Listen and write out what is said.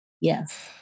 Yes